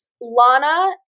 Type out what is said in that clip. Lana